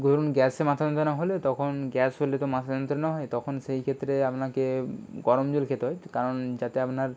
ধরুন গ্যাসে মাথা যন্ত্রণা হলে তখন গ্যাস হলে তো মাথা যন্ত্রণা হয় তখন সেই ক্ষেত্রে আপনাকে গরম জল খেতে হয় কারণ যাতে আপনার